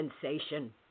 sensation